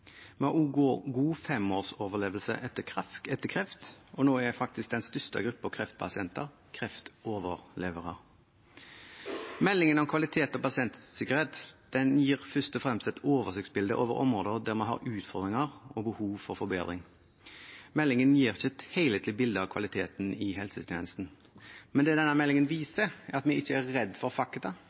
Vi har også god femårsoverlevelse etter kreft, og nå er faktisk den største gruppen kreftpasienter kreftoverlevere. Meldingen om kvalitet og pasientsikkerhet gir først og fremst et oversiktsbilde over områder der vi har utfordringer og behov for forbedring. Meldingen gir ikke et helhetlig bilde av kvaliteten i helsetjenesten, men det den viser, er at vi ikke er redd for fakta,